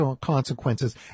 consequences